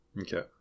Okay